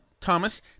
Thomas